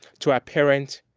to our parents,